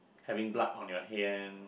having plug on your hand